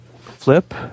flip